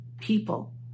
people